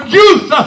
youth